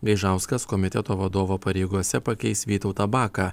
gaižauskas komiteto vadovo pareigose pakeis vytautą baką